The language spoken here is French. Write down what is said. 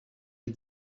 les